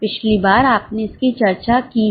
पिछली बार आपने इसकी चर्चा की है